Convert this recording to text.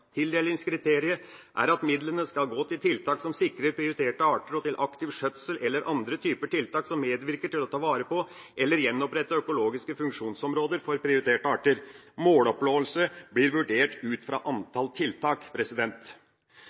Tildelingskriteriet er at midlene skal gå til tiltak som sikrer prioriterte arter, og til aktiv skjøtsel eller andre typer tiltak som medvirker til å ta vare på eller gjenopprette økologiske funksjonsområder for prioriterte arter. Måloppnåelse blir vurdert utfra antall tiltak.